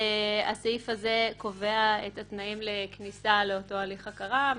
הסעיף הזה קובע את התנאים לכניסה לאותו הליך הכרה,